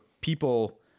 people